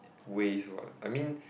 ways what I mean